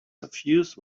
suffused